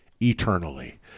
eternally